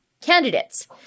candidates